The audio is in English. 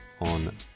on